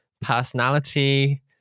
personality